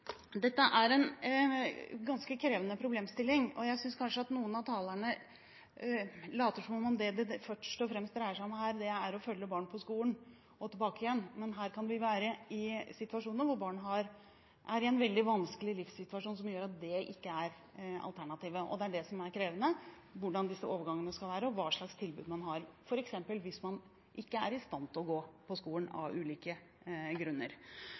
Dette er en ganske krevende problemstilling, og jeg synes kanskje at noen av talerne later som at det det først og fremst dreier seg om her, er å følge barn fram og tilbake til skolen. Men her kan det være situasjoner hvor barn er i en veldig vanskelig livssituasjon som gjør at dette ikke er alternativet. Det som er krevende, er hvordan disse overgangene skal være, og hva slags tilbud man har, hvis man f.eks. ikke er i stand til å gå på skolen av ulike grunner.